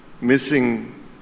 missing